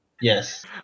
Yes